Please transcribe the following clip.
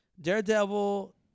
Daredevil